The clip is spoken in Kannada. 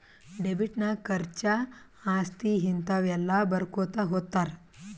ಡೆಬಿಟ್ ನಾಗ್ ಖರ್ಚಾ, ಆಸ್ತಿ, ಹಿಂತಾವ ಎಲ್ಲ ಬರ್ಕೊತಾ ಹೊತ್ತಾರ್